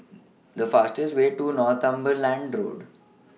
The fastest Way to Northumberland Road